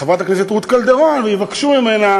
לחברת הכנסת רות קלדרון ויבקשו ממנה